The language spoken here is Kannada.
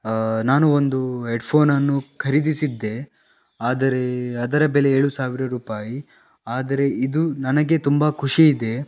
ನಾನು ಒಂದು ಹೆಡ್ಫೋನನ್ನು ಖರೀದಿಸಿದ್ದೆ ಆದರೆ ಅದರ ಬೆಲೆ ಏಳು ಸಾವಿರ ರೂಪಾಯಿ ಆದರೆ ಇದು ನನಗೆ ತುಂಬ ಖುಷಿ ಇದೆ